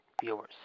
viewers